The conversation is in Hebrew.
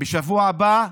בשבוע הבא,